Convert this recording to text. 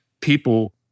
people